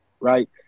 right